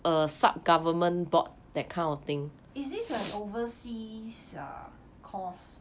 is this like an overseas err course